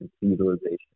utilization